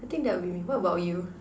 I think that will be me what about you